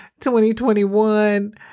2021